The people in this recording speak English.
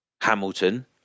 Hamilton